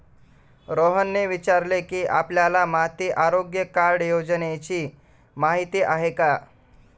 रोहनने विचारले की, आपल्याला माती आरोग्य कार्ड योजनेची माहिती आहे का?